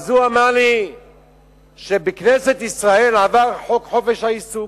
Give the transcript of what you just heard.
אז הוא אמר לי שבכנסת ישראל עבר חוק חופש העיסוק.